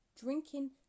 Drinking